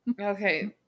Okay